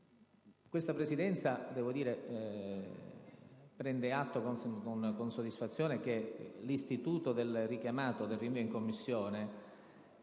questa Presidenza prende atto con soddisfazione che l'istituto richiamato del rinvio in Commissione,